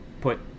put